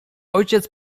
ojciec